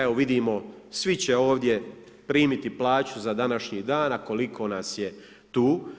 Evo, vidimo svi će ovdje primiti plaću za današnji dan a koliko nas je tu.